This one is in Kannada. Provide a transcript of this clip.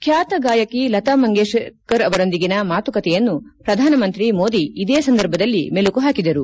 ಖ್ಯಾತ ಗಾಯಕಿ ಲತಾ ಮಂಗೇಶ್ಕರ್ ಅವರೊಂದಿಗಿನ ಮಾತುಕತೆಯನ್ನು ಪ್ರಧಾನಿ ಮೋದಿ ಇದೇ ಸಂದರ್ಭದಲ್ಲಿ ಮೆಲುಕು ಹಾಕಿದರು